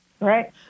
right